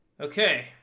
Okay